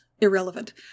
Irrelevant